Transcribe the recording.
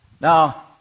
Now